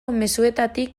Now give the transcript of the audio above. mezuetatik